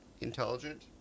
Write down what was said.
intelligent